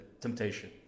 temptation